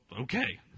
okay